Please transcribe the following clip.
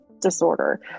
disorder